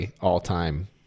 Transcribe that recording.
all-time